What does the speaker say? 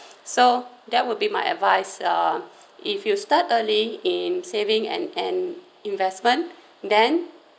so that would be my advice uh if you start early in saving and and investment then